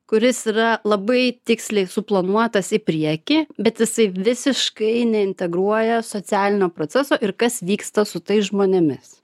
kuris yra labai tiksliai suplanuotas į priekį bet jisai visiškai neintegruoja socialinio proceso ir kas vyksta su tais žmonėmis